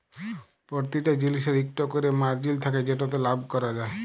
পরতিটা জিলিসের ইকট ক্যরে মারজিল থ্যাকে যেটতে লাভ ক্যরা যায়